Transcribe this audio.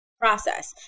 process